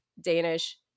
Danish